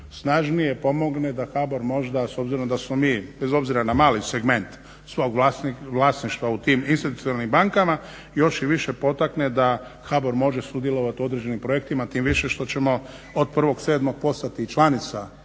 s obzirom da smo mi, bez obzira na mali segment svog vlasništva u tim institucionalnim bankama još i više potakne da HBOR može sudjelovat u određenim projektima. Tim više što ćemo od 1.7. postati članica